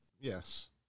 Yes